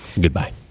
Goodbye